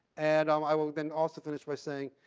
and um i will then also finish by saying,